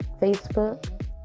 Facebook